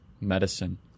medicine